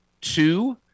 two